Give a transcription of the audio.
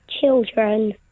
Children